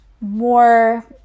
more